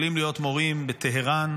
יכולים להיות מורים בטהרן,